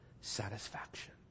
satisfaction